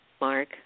Mark